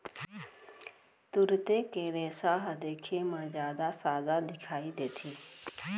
तुरते के रेसा ह देखे म जादा सादा दिखई देथे